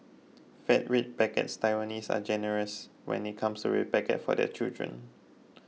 fat red packets Taiwanese are generous when it comes to red packet for their children